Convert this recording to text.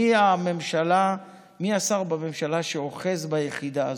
מי השר בממשלה שאוחז ביחידה הזאת?